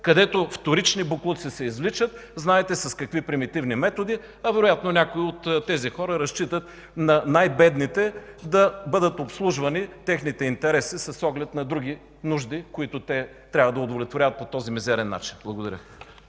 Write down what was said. вторични боклуци, знаете с какви примитивни методи, а вероятно някои от тези хора разчитат на най-бедните да бъдат обслужвани техните интереси с оглед на други техни нужди, които трябва да удовлетворяват по този мизерен начин. Благодаря